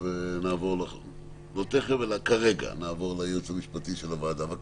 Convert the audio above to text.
נעבור לייעוץ המשפטי של הוועדה, בבקשה.